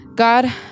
God